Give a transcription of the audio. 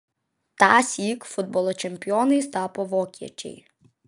tąsyk futbolo čempionais tapo vokiečiai